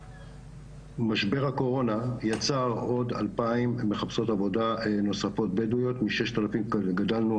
שמשבר הקורונה יצר עוד אלפיים מחפשות עבודה בדואיות מששת אלפים גדלנו,